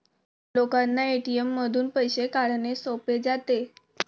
लोकांना ए.टी.एम मधून पैसे काढणे सोपे जाते